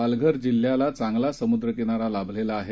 पालघर जिल्ह्याला चांगला समुद्र किनारा लाभला आहे